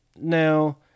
Now